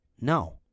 No